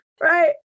right